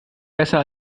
besser